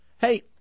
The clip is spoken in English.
Hey